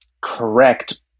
correct